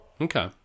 Okay